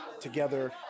together